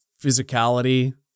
physicality